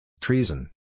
treason